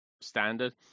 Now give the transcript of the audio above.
standard